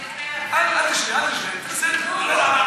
אל תשווה, אל תשווה, תעשה לי טובה.